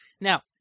Now